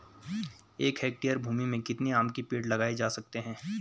एक हेक्टेयर भूमि में कितने आम के पेड़ लगाए जा सकते हैं?